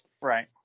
Right